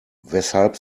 weshalb